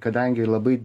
kadangi labai